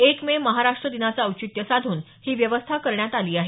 एक मे महाराष्ट्र दिनाचं औचित्य साधून ही व्यवस्था करण्यात आली आहे